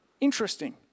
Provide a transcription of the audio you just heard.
interesting